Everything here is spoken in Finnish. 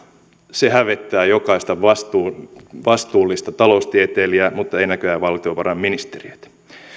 se hävettää jokaista vastuullista taloustieteilijää mutta ei näköjään valtiovarainministeriötä